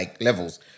levels